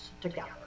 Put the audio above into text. together